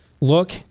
look